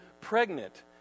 pregnant